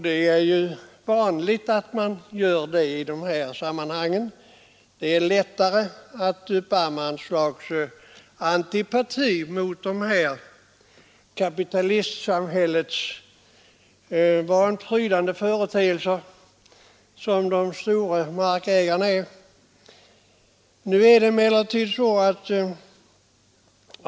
Det är ju vanligt att göra det i de här sammanhangen — det är lättare att uppamma ett slags antipati mot de kapitalistsamhällets vanprydande företeelser som de stora markägarna är.